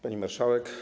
Pani Marszałek!